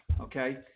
okay